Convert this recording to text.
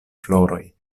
floroj